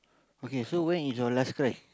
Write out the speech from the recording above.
okay so when is your last cry